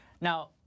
Now